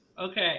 Okay